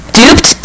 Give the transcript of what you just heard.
duped